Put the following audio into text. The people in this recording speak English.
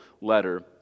letter